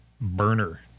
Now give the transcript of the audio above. burner